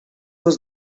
was